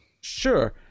Sure